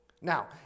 Now